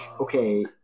okay